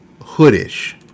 hoodish